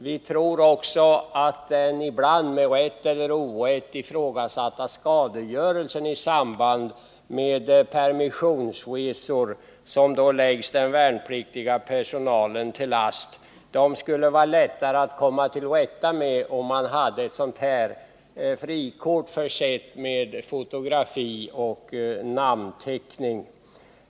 Vi tror också att den ibland med rätt eller orätt ifrågasatta skadegörelse i samband med permissionsresor som läggs den värnpliktiga personalen till last skulle vara lättare att komma till rätta med om man hade ett frikort försett med fotografi och namnteckning.